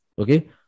Okay